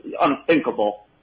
unthinkable